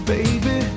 Baby